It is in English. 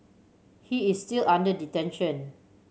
he is still under detention